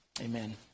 Amen